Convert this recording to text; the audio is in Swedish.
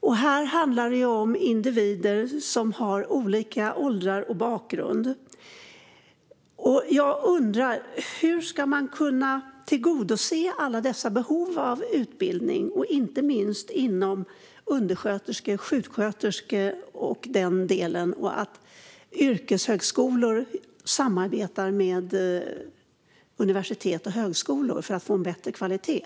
Det handlar här om individer med olika ålder och bakgrund. Jag undrar hur man ska kunna tillgodose det stora behovet av utbildning. Det gäller inte minst behovet av undersköterskor, sjuksköterskor och liknande och att yrkeshögskolor samarbetar med universitet och högskolor för att få en bättre kvalitet.